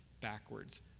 backwards